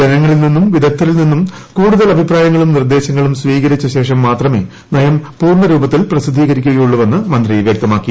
ജനങ്ങളിൽ നിന്നും വിദഗ്ധരിൽ നിന്നും കൂടുതൽ അഭിപ്രായങ്ങളും നിർദ്ദേശങ്ങളും സ്വീകരിച്ചശേഷം മാത്രമേ നയം പൂർണ്ണ രൂപത്തിൽ പ്രസിദ്ധീകരിക്കുകയുള്ളൂവെന്ന് മന്ത്രി വൃക്തമാക്കി